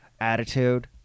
attitude